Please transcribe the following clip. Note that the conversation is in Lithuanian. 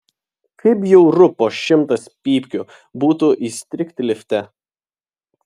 kaip bjauru po šimtas pypkių būtų įstrigti lifte